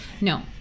No